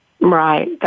Right